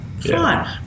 fine